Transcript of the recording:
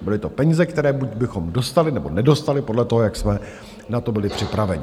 Byly to peníze, které buď bychom dostali, nebo nedostali podle toho, jak jsme na to byli připraveni.